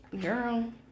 Girl